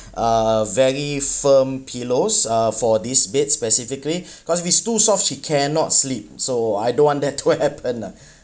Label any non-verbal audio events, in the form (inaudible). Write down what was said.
a very firm pillows uh for these beds specifically cause is it's too soft she cannot sleep so I don't want that (laughs) to happen lah